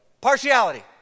Partiality